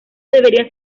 debería